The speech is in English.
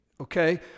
Okay